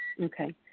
Okay